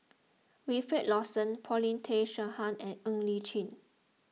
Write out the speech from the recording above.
Wilfed Lawson Paulin Tay Straughan and Ng Li Chin